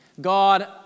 God